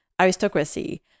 aristocracy